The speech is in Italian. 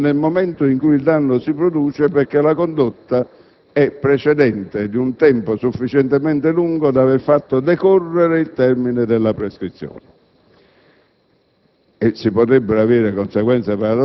già prescritti quanto all'azione di risarcimento nel momento in cui il danno si produce, perché la condotta è precedente di un tempo sufficientemente lungo da aver fatto decorrere il termine della prescrizione.